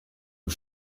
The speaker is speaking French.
aux